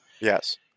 Yes